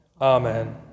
Amen